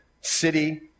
city